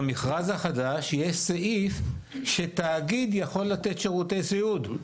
במכרז החדש יש סעיף שתאגיד יכול לתת שירותי סיעוד.